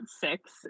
six